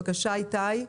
בבקשה, איתי.